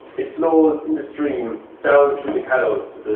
it flows in the stream down through the callows to